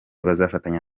bazafatanya